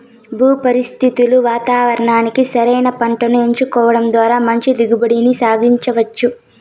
భూ పరిస్థితులు వాతావరణానికి సరైన పంటను ఎంచుకోవడం ద్వారా మంచి దిగుబడిని సాధించవచ్చు